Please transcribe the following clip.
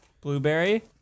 blueberry